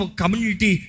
community